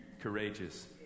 courageous